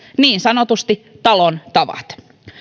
niin sanotusti talon tavat